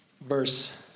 verse